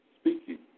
speaking